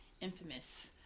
infamous